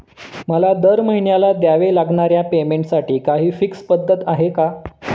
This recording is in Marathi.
मला दरमहिन्याला द्यावे लागणाऱ्या पेमेंटसाठी काही फिक्स पद्धत आहे का?